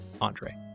Andre